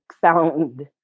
found